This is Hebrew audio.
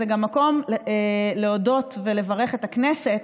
זה גם מקום להודות ולברך את הכנסת,